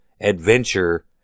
adventure